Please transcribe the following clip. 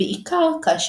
עם העת החדשה,